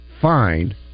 find